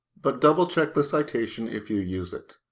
but double check the citation if you use it.